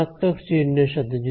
ধনাত্মক চিহ্ন এর সাথে